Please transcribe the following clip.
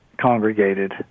congregated